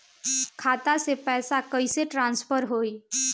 खाता से पैसा कईसे ट्रासर्फर होई?